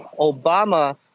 Obama